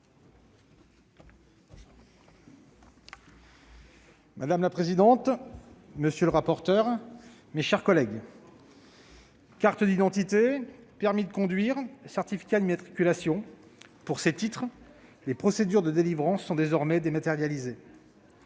Madame la présidente, monsieur le rapporteur, mes chers collègues, carte d'identité, permis de conduire, certificat d'immatriculation : pour ces titres, les procédures de délivrance sont désormais dématérialisées.